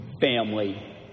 family